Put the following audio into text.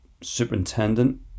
superintendent